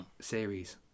series